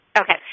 Okay